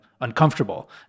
uncomfortable